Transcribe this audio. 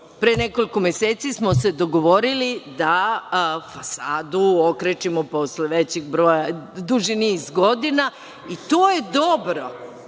Pre nekoliko meseci smo se dogovorili da fasadu okrečimo posle dužeg niza godina i to je dobro.